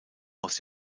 aus